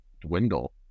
dwindle